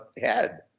head